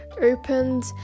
opened